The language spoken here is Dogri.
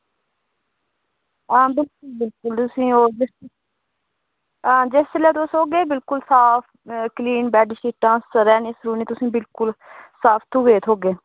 आं बिल्कुल बिल्कुल आं तुसें ई ओह् आं जिसलै तुस होगे बिल्कुल साफ क्लीन बेडशीटां तुसें ई सरैह्ने बिल्कुल साफ धोऐ दे थ्होगे